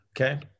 Okay